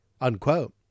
Unquote